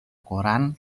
koran